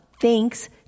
Thanks